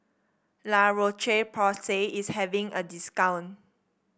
La Roche Porsay is having a discount